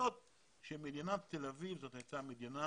שמדינת תל אביב הייתה מדינה